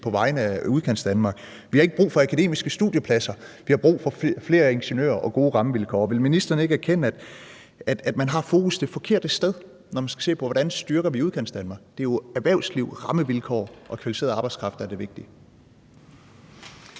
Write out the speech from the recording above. på vegne af Udkantsdanmark: Vi har ikke brug for akademiske studiepladser, vi har brug for flere ingeniører og gode rammevilkår. Og vil ministeren ikke erkende, at man har fokus på det forkerte sted, når man skal se på, hvordan man styrker Udkantsdanmark? Det er jo erhvervsliv, rammevilkår og kvalificeret arbejdskraft, der er det vigtige.